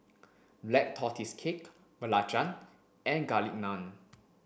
black tortoise cake belacan and garlic naan